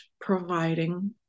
providing